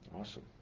Awesome